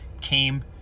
came